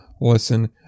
listen